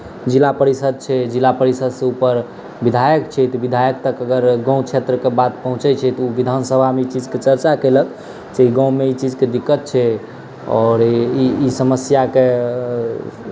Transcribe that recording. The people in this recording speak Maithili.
जिला परिषद छै जिला परिषदसँ ऊपर विधायक छै विधायक तक अगर गाँव क्षेत्रके बात पहुँचैत छै तऽ ओ विधानसभामे ओहि चीजके चर्चा कयलक जे गाँवमे ई चीजके दिक्कत छै आओर ई समस्याके